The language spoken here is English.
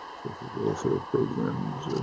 social welfare programmes,